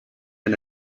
and